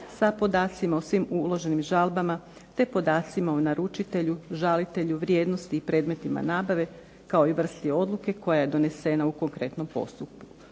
sa podacima o svim uloženim žalbama te podacima o naručitelju, žalitelju, vrijednosti i predmetima nabave kao i vrsti odluke koja je donesena u konkretnom postupku.